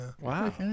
Wow